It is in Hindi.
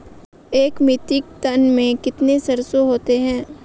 एक मीट्रिक टन में कितनी सरसों होती है?